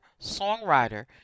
songwriter